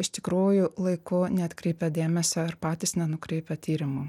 iš tikrųjų laiku neatkreipia dėmesio ir patys nenukreipia tyrimam